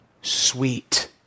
sweet